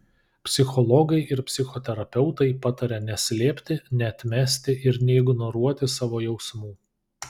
psichologai ir psichoterapeutai pataria neslėpti neatmesti ir neignoruoti savo jausmų